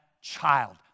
child